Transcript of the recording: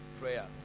prayer